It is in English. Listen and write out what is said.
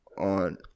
On